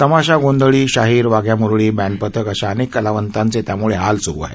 तमाशा गोंधळी शाहीर वाघ्या म्रळी बँड पथक अशा अनेक कलावंतांचे त्याम्ळे हाल स्रू आहेत